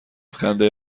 خنده